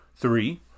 Three